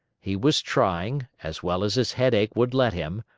he was trying, as well as his headache would let him,